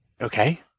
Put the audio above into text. Okay